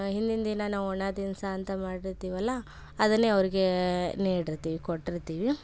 ಹಿಂದಿನ ದಿನ ನಾವು ಒಣ ದಿನ್ಸಿ ಅಂತ ಮಾಡಿರ್ತೀವಲ್ವ ಅದನ್ನೇ ಅವ್ರಿಗೆ ನೀಡಿರ್ತೀವಿ ಕೊಟ್ಟಿರ್ತೀವಿ